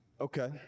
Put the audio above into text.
Okay